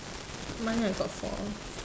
mine I got four